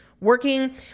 working